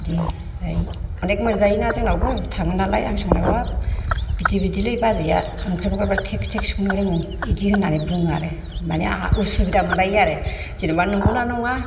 बिदि ओमफ्राय अनेग मोनजायो ना जोंनावबो थाङो नालाय आं संनाय हाब बिदि बिदिलै बाजैया ओंख्रिफोरखौ बिराथ टेस्त टेस्त संनो रोङो बिदि होननानै बुङो आरो मानि आंहा उसुबिदा मोनलायो आरो जेन'बा नंगौ ना नङा